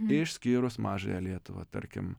išskyrus mažąją lietuvą tarkim